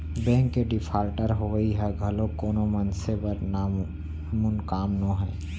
bank के defaulter होवई ह घलोक कोनो मनसे बर नानमुन काम नोहय